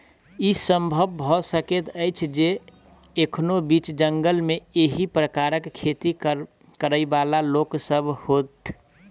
ई संभव भ सकैत अछि जे एखनो बीच जंगल मे एहि प्रकारक खेती करयबाला लोक सभ होथि